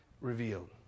revealed